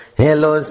hello